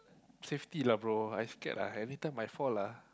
safety lah bro I scared ah anytime I fall ah